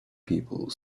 people